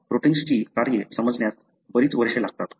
प्रोटिन्सची कार्ये समजण्यास बरीच वर्षे लागतात